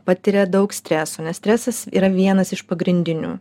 patiria daug streso nes stresas yra vienas iš pagrindinių